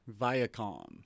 Viacom